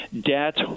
debt